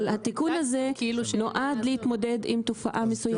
אבל התיקון הזה נועד להתמודד עם תופעה מסוימת של עוקץ קשישים.